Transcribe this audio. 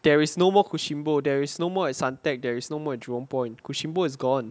there is no more Kushinbo there is no more at suntec there's no more jurong point Kushinbo is gone